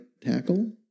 tackle